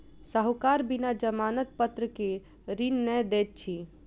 साहूकार बिना जमानत पत्र के ऋण नै दैत अछि